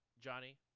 Johnny